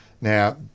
Now